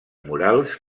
murals